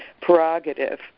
prerogative